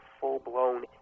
full-blown